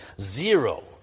zero